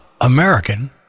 American